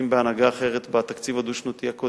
בהנהגה אחרת בתקציב הדו-שנתי הקודם,